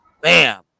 bam